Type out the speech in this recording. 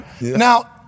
Now